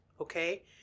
okay